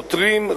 שוטרים,